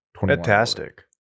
Fantastic